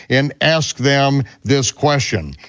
and ask them this question.